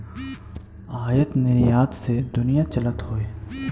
आयात निरयात से दुनिया चलत हौ